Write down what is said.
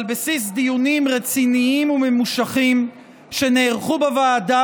על בסיס דיונים רציניים וממושכים שנערכו בוועדה